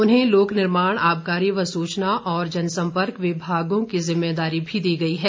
उन्हें लोक निर्माण आबकारी व सूचना और जनसंपर्क विभागों को जिम्मेदारी भी दी गई है